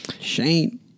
Shane